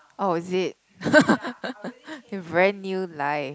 oh is it your very new life